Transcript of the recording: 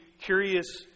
curious